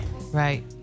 right